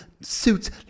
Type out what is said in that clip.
suits